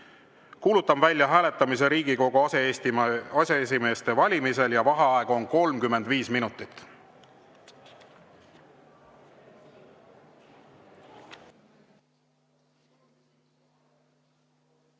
Kuulutan välja hääletamise Riigikogu aseesimeeste valimisel ja vaheaeg on 35 minutit.